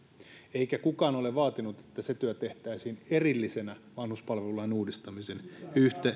eikä kukaan ole vaatinut että se työ tehtäisiin erillisenä vanhuspalvelulain uudistamisen